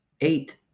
Eight